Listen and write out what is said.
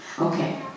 Okay